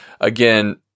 again